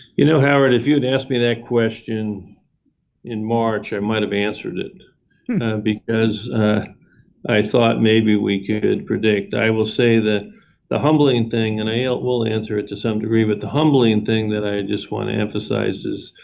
you know, howard, if you had asked me that question in march, i might have answered it because i thought maybe we could predict. i will say that the humbling thing and i ah will answer it to some degree, but the humbling thing that i just want to emphasize is